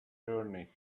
journey